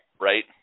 right